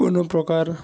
কোনো প্রকার